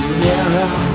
mirror